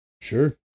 Sure